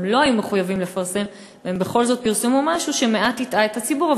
הם לא היו מחויבים לפרסם והם בכל זאת פרסמו משהו שמעט הטעה את הציבור,